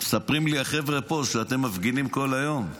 ומספרים לי החבר'ה פה שאתם מפגינים כל היום,